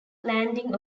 landing